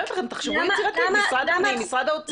תחשבו יצירתית, משרד הפנים, משרד האוצר.